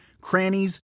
crannies